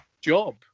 job